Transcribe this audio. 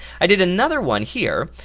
i did another one here,